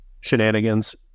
shenanigans